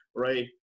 right